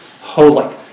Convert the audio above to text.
Holy